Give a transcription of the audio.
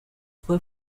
fue